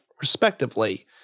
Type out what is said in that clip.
respectively